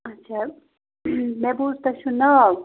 اچھا مےٚ بوٗز تۄہہِ چھُو ناو